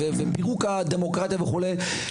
על פירוק הדמוקרטיה וכולי.